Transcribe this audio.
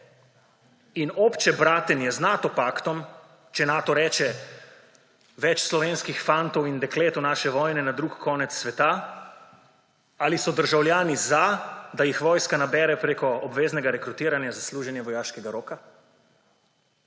in obče bratenje z Nato paktom, če Nato reče, več slovenskih fantov in deklet v naše vojne na drugi konec sveta, ali so državljani za to, da jih vojska nabere preko obveznega rekrutiranja za služenje vojaškega roka.